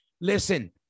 Listen